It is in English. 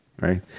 right